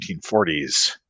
1940s